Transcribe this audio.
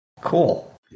Cool